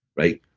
right?